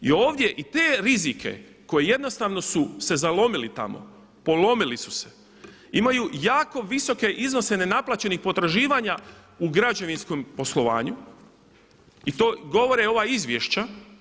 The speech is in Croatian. I ovdje i te rizike koji jednostavno su se zalomili tamo, polomili su se imaju jako visoke iznose nenaplaćenih potraživanja u građevinskom poslovanju i to govore ova izvješća.